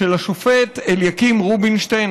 של השופט אליקים רובינשטיין,